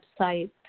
website